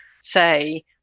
say